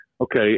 okay